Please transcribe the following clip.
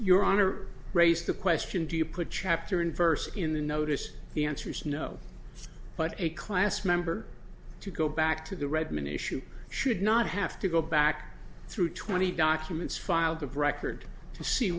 your honor raised the question do you put chapter and verse in the notice the answer is no but a class member to go back to the redmen issue should not have to go back through twenty documents filed of record to see